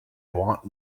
want